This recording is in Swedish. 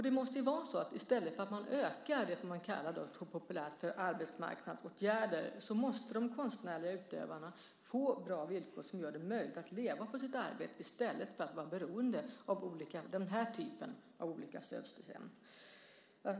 Det måste vara så här: I stället för att öka det man populärt kallar arbetsmarknadsåtgärder måste de konstnärliga utövarna få bra villkor som gör det möjligt att leva på sitt arbete i stället för att vara beroende av den här typen av olika stödsystem.